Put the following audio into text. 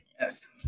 Yes